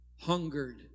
hungered